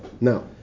Now